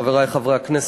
חברי חברי הכנסת,